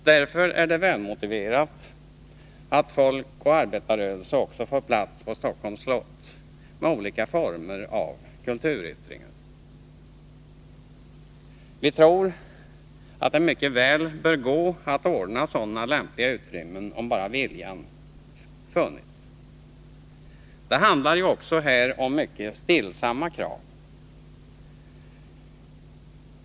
Därför är det välmotiverat att folkoch arbetarrörelse också får finnas på Stockholms slott med olika former av kulturyttringar. Vi tror att det mycket väl bör gå att ordna sådana lämpliga utrymmen, om bara viljan finns. Det handlar här om mycket stillsamma krav.